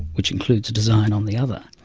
which includes design on the other,